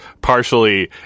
partially